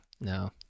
no